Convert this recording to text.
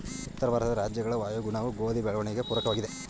ಉತ್ತರ ಭಾರತದ ರಾಜ್ಯಗಳ ವಾಯುಗುಣವು ಗೋಧಿ ಬೆಳವಣಿಗೆಗೆ ಪೂರಕವಾಗಿದೆ,